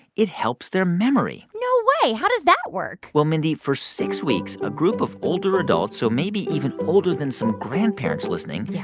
it helps their memory no way. how does that work? well, mindy, for six weeks, a group of older adults so maybe even older than some grandparents listening. yeah.